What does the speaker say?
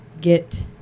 get